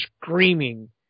screaming